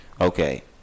okay